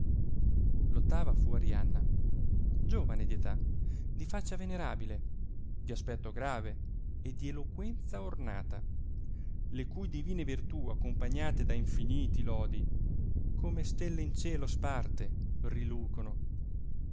l'ottava fu arianna giovane di età di faccia venerabile di aspetto grave e di eloquenza ornata le cui divine virtù accompagnate da infinite lodi come stelle in cielo sparte rilucono